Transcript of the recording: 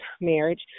marriage